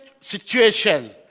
situation